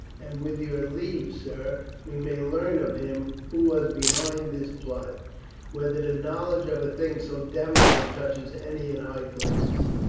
and with your leave, sir, we may learn of him who was behind this plot whether the knowledge of a thing so damnable touches any in high places.